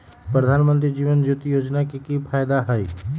प्रधानमंत्री जीवन ज्योति योजना के की फायदा हई?